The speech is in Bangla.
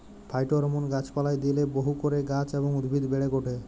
ফাইটোহরমোন গাছ পালায় দিইলে বহু করে গাছ এবং উদ্ভিদ বেড়েক ওঠে